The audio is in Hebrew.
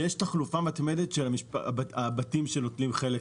יש תחלופה מתמדת של הבתים שנוטלים חלק